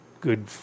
good